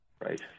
Right